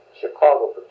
Chicago